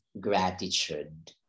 gratitude